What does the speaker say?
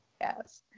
Yes